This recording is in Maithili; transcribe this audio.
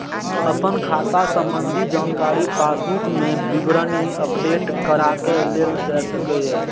अपन खाता संबंधी जानकारी पासबुक मे विवरणी अपडेट कराके लेल जा सकैए